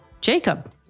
Jacob